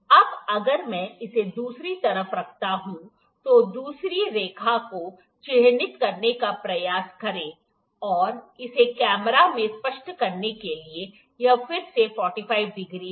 अब अगर मैं इसे दूसरी तरफ रखता हूं तो दूसरी रेखा को चिह्नित करने का प्रयास करें और इसे कैमरे में स्पष्ट करने के लिए यह फिर से 45 डिग्री है